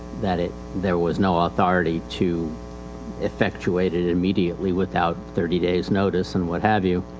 that it, there was no authority to effectuate it immediately without thirty days notice and what have you.